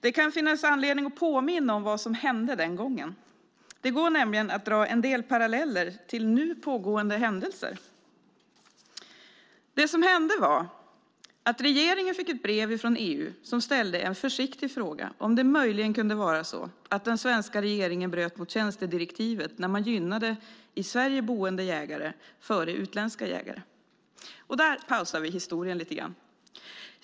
Det kan finnas anledning att påminna om vad som hände den gången. Det går nämligen att dra en del paralleller till nu pågående händelser. Det som hände var att regeringen fick ett brev från EU som ställde en försiktig fråga om det möjligen kunde vara så att den svenska regeringen bröt mot tjänstedirektivet när man gynnade i Sverige boende jägare före utländska jägare. Där pausar vi historien lite grann.